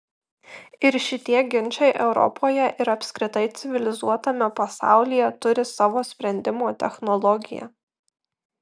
ir šitie ginčai europoje ir apskritai civilizuotame pasaulyje turi savo sprendimo technologiją